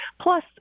Plus